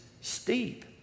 steep